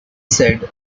said